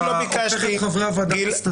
אתה הופך את חברי הוועדה לסטטיסטים.